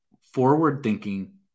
forward-thinking